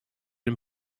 and